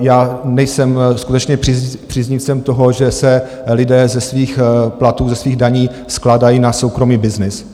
Já nejsem skutečně příznivcem toho, že se lidé ze svých platů, ze svých daní skládají na soukromý byznys.